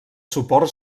suports